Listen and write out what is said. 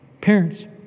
Parents